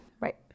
right